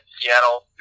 Seattle